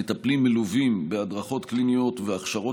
המטפלים מלֻווים בהדרכות קליניות והכשרות